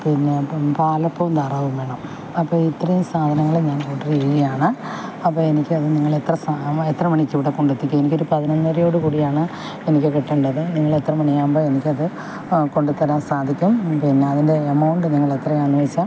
പിന്നെ ഇപ്പോൾ പാലപ്പവും താറാവും വേണം അപ്പോൾ ഇത്രയും സാധനങ്ങള് ഞാൻ ഓർഡർ ചെയ്യുകയാണ് അപ്പോൾ എനിക്ക് നിങ്ങളെത്ര സമയം എത്ര മണിക്കിവിടെ കൊണ്ടെത്തിക്കും എനിക്കൊരു പതിനൊന്നരയോട് കൂടിയാണ് എനിക്ക് കിട്ടണ്ടത് നിങ്ങളത്ര മണിയാകുമ്പോൾ എനിക്കത് കൊണ്ടുത്തരാൻ സാധിക്കും പിന്നെ അതിൻ്റെ എമൗണ്ട് നിങ്ങളെത്രയാന്ന് വെച്ചാൽ